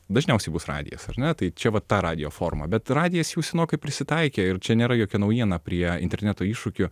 dažniausiai bus radijas ar ne tai čia vat ta radijo forma bet radijas jau senokai prisitaikė ir čia nėra jokia naujiena prie interneto iššūkių